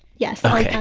yes ok el yeah